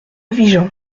vigan